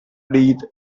led